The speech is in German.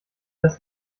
dass